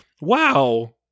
wow